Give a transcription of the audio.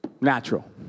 natural